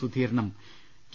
സുധീരനും K